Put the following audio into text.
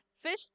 Fish